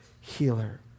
healer